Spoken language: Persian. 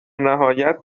نهایت